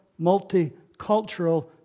multicultural